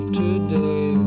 today